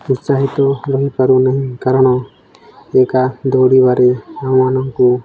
ଉତ୍ସାହିତ ରହିପାରୁନାହିଁ କାରଣ ଏକା ଦୌଡ଼ିବାରେ ଆମମାନଙ୍କୁ